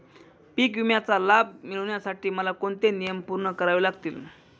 पीक विम्याचा लाभ मिळण्यासाठी मला कोणते नियम पूर्ण करावे लागतील?